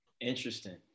Interesting